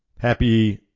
Happy